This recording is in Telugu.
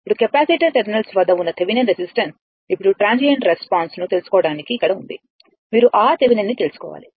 ఇప్పుడు కెపాసిటర్ టెర్మినల్స్ వద్ద ఉన్న థెవెనిన్ రెసిస్టెన్స్ ఇప్పుడు ట్రాన్సియంట్ రెస్పాన్స్ ను తెలుసుకోవడానికి మీరు RThevenin ని తెలుసుకోవాలి